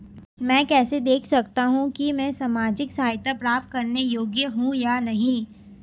मैं कैसे देख सकता हूं कि मैं सामाजिक सहायता प्राप्त करने योग्य हूं या नहीं?